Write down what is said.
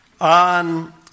on